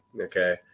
Okay